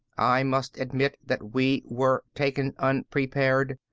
i must admit that we were taken unprepared.